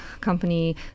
company